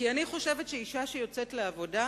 כי אני חושבת שאשה שיוצאת לעבודה